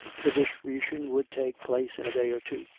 the distribution would take place in a day or two.